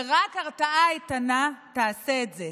ורק הרתעה איתנה תעשה את זה.